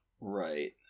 right